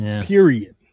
period